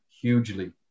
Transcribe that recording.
hugely